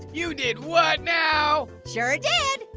you did what now? sure did.